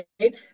right